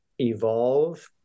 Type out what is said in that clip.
evolve